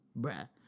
bruh